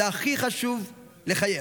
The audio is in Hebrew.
זה הכי חשוב לחייך.